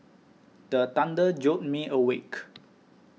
the thunder jolt me awake